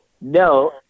no